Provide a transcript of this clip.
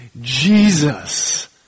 Jesus